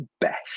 best